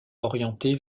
orientée